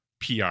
PR